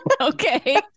Okay